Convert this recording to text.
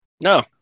No